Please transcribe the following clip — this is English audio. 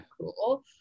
cool